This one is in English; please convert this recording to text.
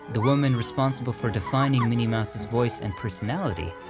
the woman responsible for defining minnie mouse's voice and personality,